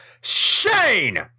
Shane